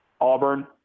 Auburn